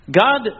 God